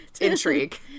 intrigue